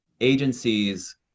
agencies